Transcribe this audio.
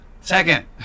second